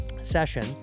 Session